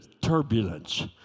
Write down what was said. turbulence